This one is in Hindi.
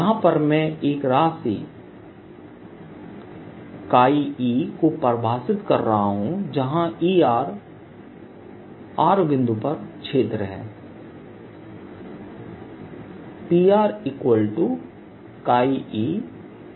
यहां पर मैं एक राशि eको परिभाषित कर रहा हूं जहाँ Er r बिंदु पर क्षेत्र है